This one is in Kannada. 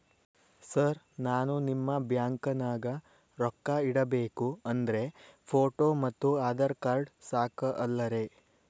ಸರ್ ನಾನು ನಿಮ್ಮ ಬ್ಯಾಂಕನಾಗ ರೊಕ್ಕ ಇಡಬೇಕು ಅಂದ್ರೇ ಫೋಟೋ ಮತ್ತು ಆಧಾರ್ ಕಾರ್ಡ್ ಸಾಕ ಅಲ್ಲರೇ?